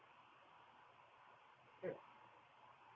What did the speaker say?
mm